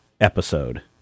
episode